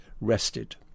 rested